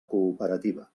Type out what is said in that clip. cooperativa